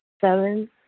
seven